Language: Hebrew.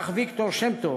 כך ויקטור שם-טוב,